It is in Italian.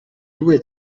due